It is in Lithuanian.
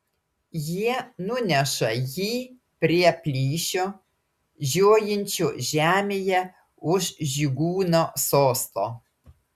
jie nuneša jį prie plyšio žiojinčio žemėje už žygūno sosto